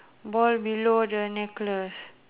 ball below the necklace